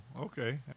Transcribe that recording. okay